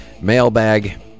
mailbag